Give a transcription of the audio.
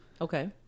Okay